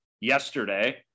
yesterday